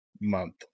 month